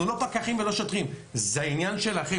אנחנו לא פקחים ולא שוטרים - זה העניין שלכם.